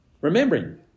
Remembering